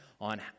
on